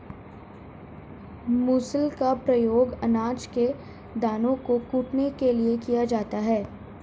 मूसल का प्रयोग अनाज के दानों को कूटने के लिए किया जाता है